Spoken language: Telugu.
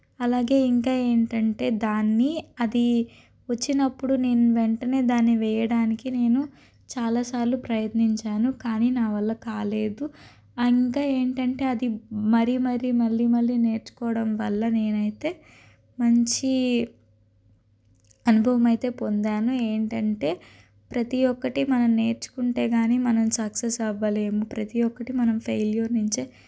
అలాగే ఇంకా ఏంటంటే దాన్ని అది వచ్చినప్పుడు నేను వెంటనే దాన్ని వేయడానికి నేను చాలాసార్లు ప్రయత్నించాను కానీ నా వల్ల కాలేదు ఇంకా ఏంటంటే అది మరీ మరీ మళ్ళీ మళ్ళీ నేర్చుకోవడం వల్ల నేనైతే మంచి అనుభవమైతే పొందాను ఏంటంటే ప్రతీ ఒక్కటి మనం నేర్చుకుంటే కానీ మనం సక్సెస్ అవ్వలేము ప్రతీ ఒక్కటి మనం ఫెయిల్యూర్ నుంచే